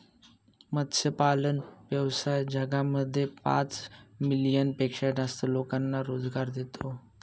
मत्स्यपालन व्यवसाय जगामध्ये पाच मिलियन पेक्षा जास्त लोकांना रोजगार देतो